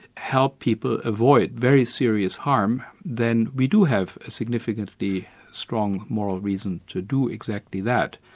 help people avoid very serious harm, then we do have a significantly strong moral reason to do exactly that.